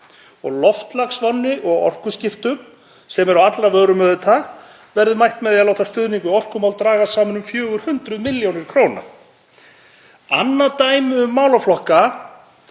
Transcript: kr. Loftslagsvánni og orkuskiptum, sem eru á allra vörum, verður mætt með því að láta stuðning við orkumál dragast saman um 400 millj. kr. Annað dæmi um málaflokka